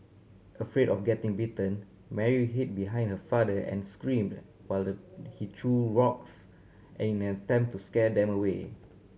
afraid of getting bitten Mary hid behind her father and screamed while he threw rocks in an attempt to scare them away